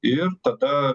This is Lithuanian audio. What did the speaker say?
ir tada